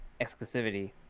exclusivity